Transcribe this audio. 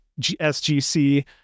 SGC